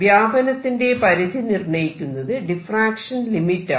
വ്യാപനത്തിന്റെ പരിധി നിർണയിക്കുന്നത് ഡിഫ്റാക്ഷൻ ലിമിറ്റ് ആണ്